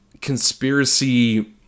conspiracy